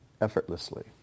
effortlessly